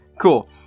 Cool